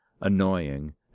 annoying